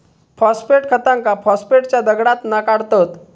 phosphate खतांका फॉस्फेटच्या दगडातना काढतत